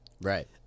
Right